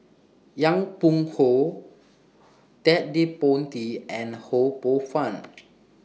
Yong Pung How Ted De Ponti and Ho Poh Fun